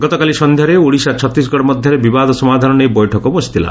ଗତକାଲି ସନ୍ଧ୍ୟାରେ ଓଡ଼ିଶା ଛତିଶଗଡ ମଧ୍ଧରେ ବିବାଦ ସମାଧାନ ନେଇ ବୈଠକ ବସିଥିଲା